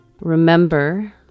remember